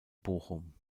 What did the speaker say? bochum